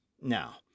Now